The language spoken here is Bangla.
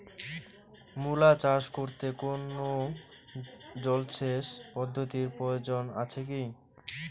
মূলা চাষ করতে কোনো জলসেচ পদ্ধতির প্রয়োজন আছে কী?